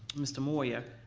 mr. moyer,